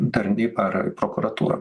tarnybą ar prokuratūrą